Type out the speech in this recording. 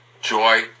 joy